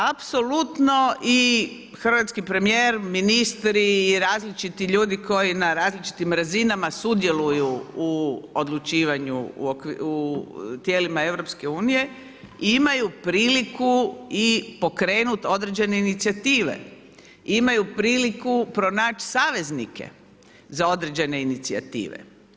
Apsolutno i hrvatski premijer, ministri, različiti ljudi koji na različitih razinama sudjeluju u odlučivanju u tijelima EU-a imaju priliku i pokrenuti određene inicijative, imaju priliku pronaći saveznike za određene inicijative.